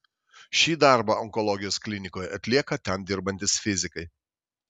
šį darbą onkologijos klinikoje atlieka ten dirbantys fizikai